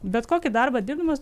bet kokį darbą dirbdamas